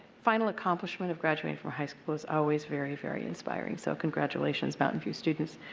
final accomplishment of granl waiting from high school is always very, very inspiring. so congratulations, mountain view students.